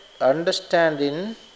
understanding